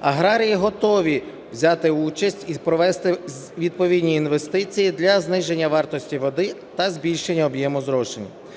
Аграрії готові взяти участь і провести відповідні інвестиції для зниження вартості води та збільшення об'єму зрошення.